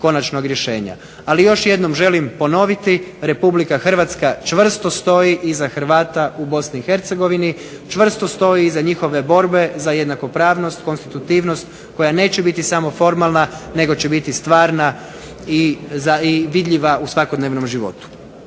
Ali još jednom želim ponoviti Republika Hrvatska čvrsto stoji iza Hrvata u Bosni i Hercegovini, čvrsto stoji iza njihove borbe za jednakopravnost, konstitutivnost koja neće biti samo formalna, nego će biti stvarna i vidljiva u svakodnevnom životu.